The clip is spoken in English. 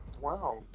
wow